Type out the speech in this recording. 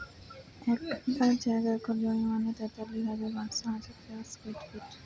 এক একর জমি মানে তেতাল্লিশ হাজার পাঁচশ ষাট স্কোয়ার ফিট